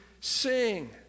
sing